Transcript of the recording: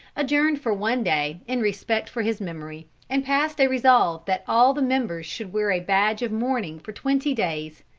adjourned for one day, in respect for his memory, and passed a resolve that all the members should wear a badge of mourning for twenty days.